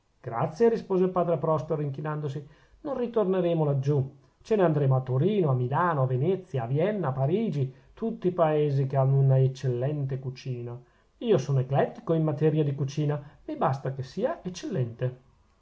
grazie rispose il padre prospero inchinandosi non ritorneremo laggiù ce ne andremo a torino a milano a venezia a vienna a parigi tutti paesi che hanno una eccellente cucina io sono eclettico in materia di cucina mi basta che sia eccellente